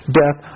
death